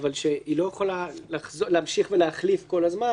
אבל שהיא לא יכולה להמשיך ולהחליף כל הזמן,